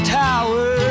tower